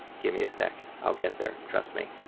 give me a sec, i'll get there. trust me,